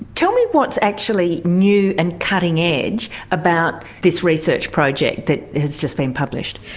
tell me what's actually new and cutting-edge about this research project that has just been published?